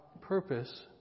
purpose